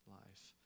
life